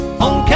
on